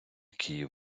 київ